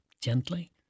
gently